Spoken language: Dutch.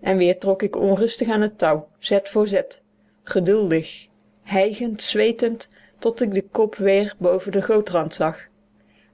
en weer trok ik onrustig aan het touw zet voor zet geduldig hijgend zweetend tot ik den kop weder boven den gootrand zag